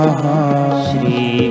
Shri